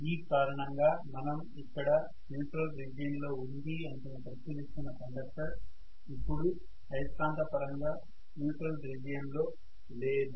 ఈ కారణంగా మనం ఇక్కడ న్యూట్రల్ రీజియన్ లోఉంది అనుకొని పరిశీలిస్తున్న కండక్టర్ ఇప్పుడు అయస్కాంతపరంగా న్యూట్రల్ రీజియన్ లో లేదు